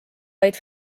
vaid